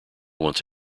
once